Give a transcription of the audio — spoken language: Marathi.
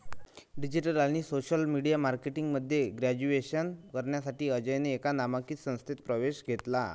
डिजिटल आणि सोशल मीडिया मार्केटिंग मध्ये ग्रॅज्युएशन करण्यासाठी अजयने एका नामांकित संस्थेत प्रवेश घेतला